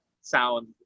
sound